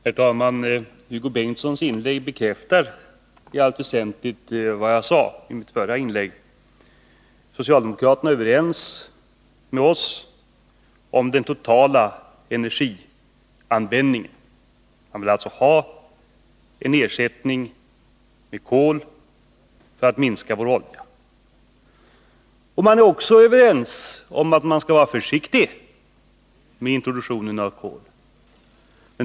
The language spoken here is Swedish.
Herr talman! Hugo Bengtssons inlägg bekräftar i allt väsentligt vad jag sade i mitt huvudanförande. Socialdemokraterna är överens med oss om den totala energianvändningen. Man vill alltså ha en ersättning med kol för att minska vår oljeförbrukning. Socialdemokraterna är också överens med oss om att man skall vara försiktig med introduktionen av kol.